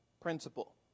principle